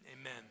Amen